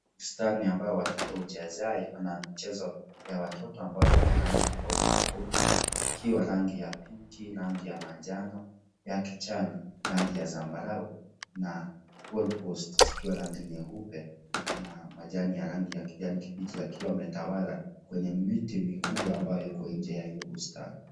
Bustani ambayo watoto huchezea ikona mchezo ya watoto ambayo ni ya rangi tofautitofuiti ikiwa rangi ya pinki, rangi ya manjano, ya kijani, rangi ya zambarau, na (cs) goalposts (cs) zikiwa rangi nyeupe, na majani ya rangi ya kijani kibichi yakiwa metawala kwenye miti mikubwa ambayo iko nje ya hiyo bustani.